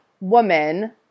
woman –